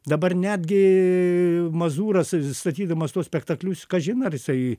dabar netgi mazūras statydamas tuos spektaklius kažin ar jisai